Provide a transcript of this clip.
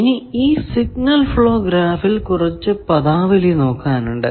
ഇനി ഈ signal flow ഗ്രാഫിൽ കുറച്ചു പദാവലി നോക്കാനുണ്ട്